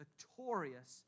victorious